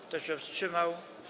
Kto się wstrzymał?